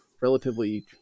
relatively